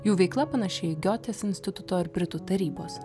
jų veikla panaši į giotės instituto ar britų tarybos